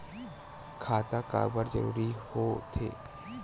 खाता काबर जरूरी हो थे?